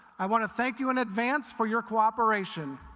i want to thank you in advance for your cooperation.